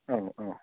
औ औ